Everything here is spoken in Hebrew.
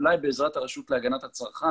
אולי בעזרת הרשות להגנת הצרכן,